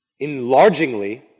enlargingly